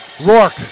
Rourke